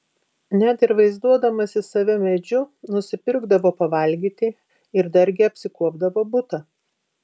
net ir vaizduodamasis save medžiu nusipirkdavo pavalgyti ir dargi apsikuopdavo butą